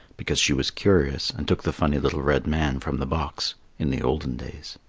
because she was curious and took the funny little red man from the box in the olden days.